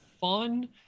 fun